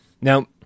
now